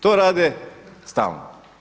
To rade stalno.